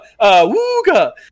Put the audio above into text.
-wooga